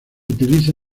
utiliza